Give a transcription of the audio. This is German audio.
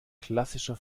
klassischer